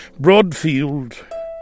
Broadfield